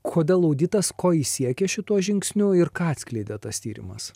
kodėl auditas ko ji siekė šituo žingsniu ir ką atskleidė tas tyrimas